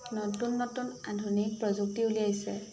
নতুন নতুন আধুনিক প্রযুক্তি উলিয়াইছে